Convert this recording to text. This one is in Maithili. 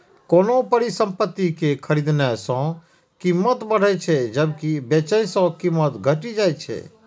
कोनो परिसंपत्ति कें खरीदने सं कीमत बढ़ै छै, जबकि बेचै सं कीमत घटि जाइ छै